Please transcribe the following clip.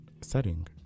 setting